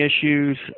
issues